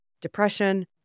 depression